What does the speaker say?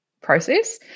process